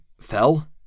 fell